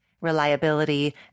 reliability